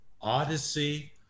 odyssey